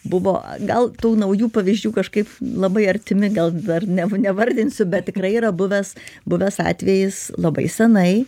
buvo gal tų naujų pavyzdžių kažkaip labai artimi gal dar ne nevardinsiu bet tikrai yra buvęs buvęs atvejis labai senai